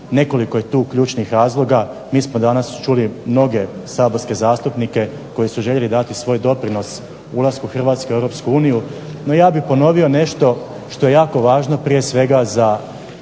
nekoliko je tu ključnih razloga, mi smo danas čuli mnoge saborske zastupnike koji su željeli dati svoj doprinos ulasku Hrvatske u Europsku uniju, no ja bih ponovio nešto što je jako važno prije svega za Hrvatsku